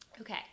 Okay